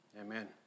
Amen